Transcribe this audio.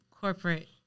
corporate